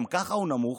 שגם ככה הוא נמוך,